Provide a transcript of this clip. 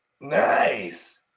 Nice